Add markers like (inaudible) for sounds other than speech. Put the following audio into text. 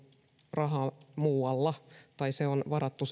rahaa muualla tai se raha on varattu (unintelligible)